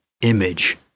image